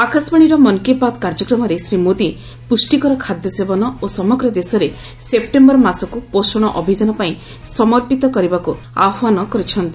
ଆକାଶବାଣୀର 'ମନ୍ କୀ ବାତ୍' କାର୍ଯ୍ୟକ୍ରମରେ ଶ୍ରୀ ମୋଦି ପୁଷ୍ଠିକର ଖାଦ୍ୟ ସେବନ ଓ ସମଗ୍ର ଦେଶରେ ସେପ୍ଟେମ୍ବର ମାସକୁ ପୋଷଣ ଅଭିଯାନ ପାଇଁ ସମର୍ପିତ କରିବାକୁ ଆହ୍ରାନ କରିଛନ୍ତି